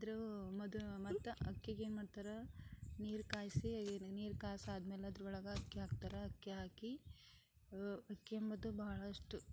ಅದರ ಮೊದಲು ಮತ್ತು ಅಕ್ಕಿಗೆ ಏನು ಮಾಡ್ತಾರೆ ನೀರು ಕಾಯಿಸಿ ನೀರು ಕಾಸಿದ್ಮೇಲೆ ಅದ್ರೊಳಗೆ ಅಕ್ಕಿ ಹಾಕ್ತಾರೆ ಅಕ್ಕಿ ಹಾಕಿ ಅಕ್ಕಿ ಎಂಬುದು ಭಾಳಷ್ಟು